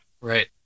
right